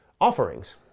offerings